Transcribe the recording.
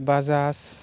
Bajaj